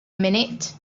minute